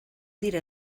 dira